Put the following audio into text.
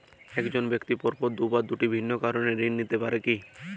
এক জন ব্যক্তি পরপর দুবার দুটি ভিন্ন কারণে ঋণ নিতে পারে কী?